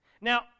Now